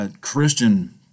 Christian